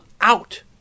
out